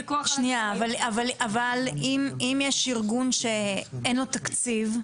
אם יש ארגון שאין לו תקציב,